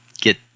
get